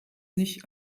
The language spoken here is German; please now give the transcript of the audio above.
sich